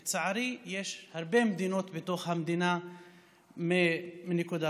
לצערי, יש הרבה מדינות בתוך המדינה מבחינה זאת.